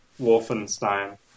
Wolfenstein